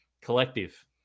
collective